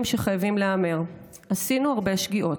שחייבים להיאמר: עשינו הרבה שגיאות,